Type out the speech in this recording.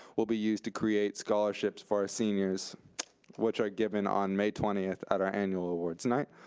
will be used to create scholarships for our seniors which are given on may twentieth at our annual awards night,